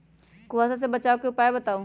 कुहासा से बचाव के उपाय बताऊ?